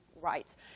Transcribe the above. rights